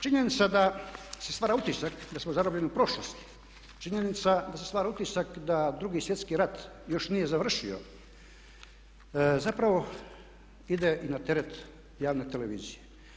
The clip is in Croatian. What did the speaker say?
Činjenica da se stvara utisak da smo zarobljeni u prošlosti, činjenica da se stvara utisak da Drugi svjetski rat još nije završio zapravo ide i na teret javne televizije.